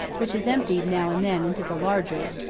which is emptied now and then into the larger,